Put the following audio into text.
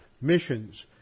missions